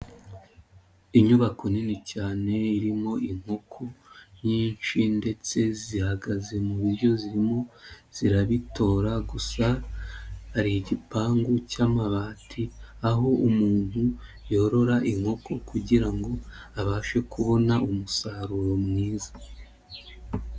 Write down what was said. Inyubako nini cyane irimo inkoko nyinshi ndetse zihagaze muryo zirimo zirabitora gusa hari igipangu cy'amabati aho umuntu yorora inkoko kugira ngo abashe kubona umusaruro mwiza.